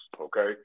okay